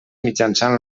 mitjançant